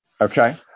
Okay